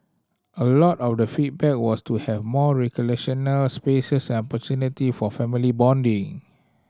a lot of the feedback was to have more recreational spaces and opportunity for family bonding